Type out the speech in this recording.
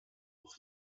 noch